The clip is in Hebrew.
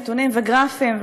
נתונים וגרפים,